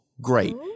great